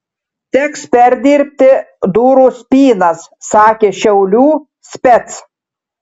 teks perdirbti durų spynas sakė šiaulių spec